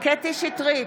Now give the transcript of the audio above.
קטי קטרין שטרית,